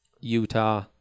Utah